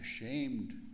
ashamed